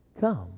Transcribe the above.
come